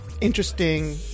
interesting